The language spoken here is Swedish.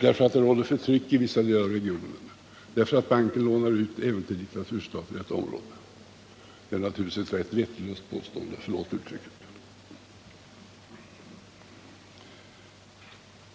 därför det råder förtryck i vissa delar av regionen, därför att banken lånar ut pengar även till diktaturstater i detta område? Det är naturligtvis ett helt vettlöst påstående — förlåt uttrycket!